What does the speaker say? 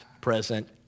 present